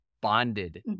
bonded